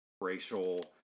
racial